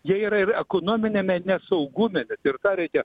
jie yra ir ekonominiame nesaugume net ir tą reikia